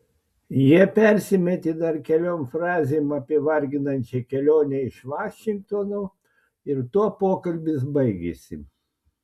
jie persimetė dar keliom frazėm apie varginančią kelionę iš vašingtono ir tuo pokalbis baigėsi